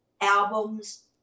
albums